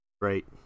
Right